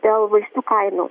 dėl vaistų kainų